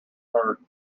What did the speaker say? heard